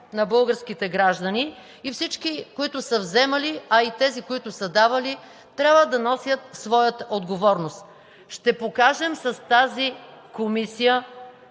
на българските граждани и всички, които са вземали, а и тези, които са давали, трябва да носят своята отговорност. Ще покажем с тази комисия